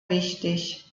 wichtig